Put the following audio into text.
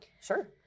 sure